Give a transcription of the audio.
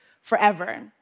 forever